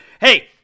Hey